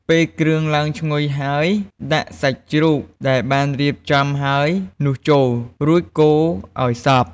ពេលគ្រឿងឡើងឈ្ងុយហើយ ដាក់ សាច់ជ្រូក ដែលបានរៀបចំហើយនោះចូល រួចកូរឱ្យសព្វ។